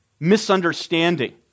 misunderstanding